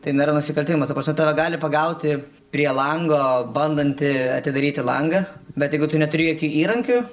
tai nėra nusikaltimas ta prasme tave gali pagauti prie lango bandantį atidaryti langą bet jeigu tu neturi jokių įrankių